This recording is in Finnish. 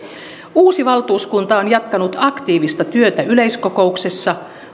uusi valtuuskunta on jatkanut aktiivista työtä yleiskokouksessa